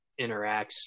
interacts